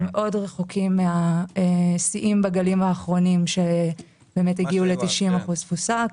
אנחנו מאוד רחוקים מהשיאים בגלים האחרונים שהגיעו ל-90% תפוסה.